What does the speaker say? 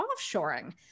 offshoring